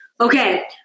Okay